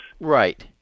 Right